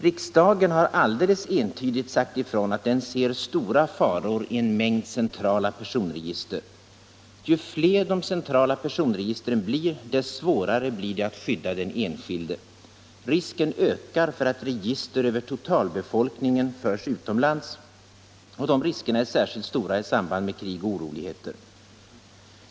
Riksdagen har alldeles entydigt sagt ifrån att den ser stora faror i en mängd centrala personregister. Ju fler de centrala personregistren blir, desto svårare blir det att skydda den enskilde. Risken ökar för att register över totalbefolkningen sänds utomlands, och de riskerna är särskilt stora i samband med krig och oroligheter.